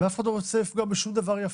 ואף אחד לא רוצה לפגוע בשום דבר יפה.